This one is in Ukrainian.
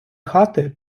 хати